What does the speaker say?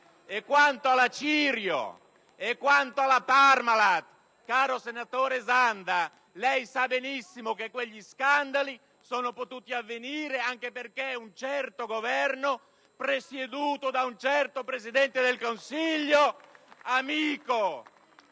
Quanto alla Cirio e alla Parmalat, caro senatore Zanda, lei sa benissimo che quegli scandali sono potuti avvenire anche perché un certo Governo, presieduto da un certo Presidente del Consiglio, amico